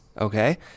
okay